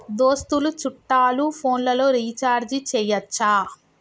దోస్తులు చుట్టాలు ఫోన్లలో రీఛార్జి చేయచ్చా?